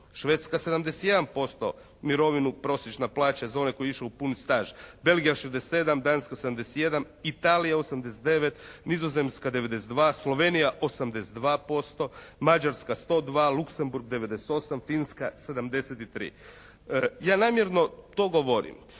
Švedska 71% mirovinu, prosječna plaća za one koji je išao u puni staž. Belgija 67, Danska 71, Italija 89, Nizozemska 92, Slovenija 82%, Mađarska 102, Luksemburg 98, Finska 73. Ja namjerno to govorim